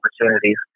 opportunities